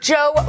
Joe